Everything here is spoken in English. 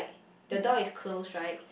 the door is closed right